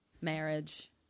marriage